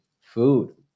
food